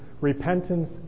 Repentance